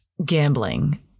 Gambling